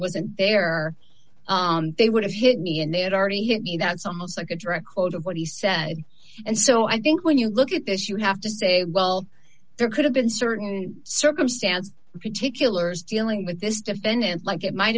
wasn't there or they would have hit me and they had already hit me that's almost like a direct quote of what he said and so i think when you look at this you have to say well there could have been certain circumstances the particulars dealing with this defendant like it might